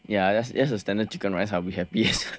ya just a standard chicken rice I will be happy